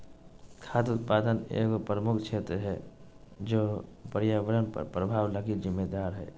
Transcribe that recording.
खाद्य उत्पादन एगो प्रमुख क्षेत्र है जे पर्यावरण पर प्रभाव लगी जिम्मेदार हइ